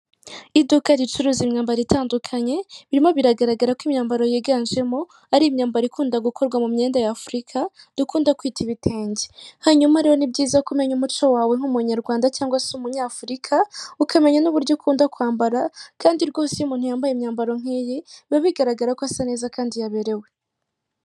Iduka ricuruza imyambaro itandukanye, birimo biragaragara ko imyambaro yiganjemo ari imyambaro ikunda gukorwa mu myenda ya Afurika, dukunda kwita ibitenge. Hanyuma rero ni byiza ko umenya umuco wawe nk'Umunyarwanda cyangwa se Umunyafurika, ukamenya n'uburyo ukunda kwambara kandi rwose iyo umuntu yambaye imyambaro nk'iyi, biba bigaragara ko asa neza kandi yaberewe.